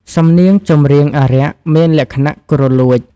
សំនៀងចម្រៀងអារក្ស មានលក្ខណៈគ្រលួច។